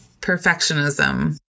perfectionism